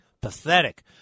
pathetic